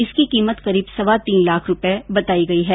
इसकी कीमत करीब सवा तीन लाख रूपये बताई गई है